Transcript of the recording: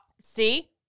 see